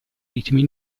ritmi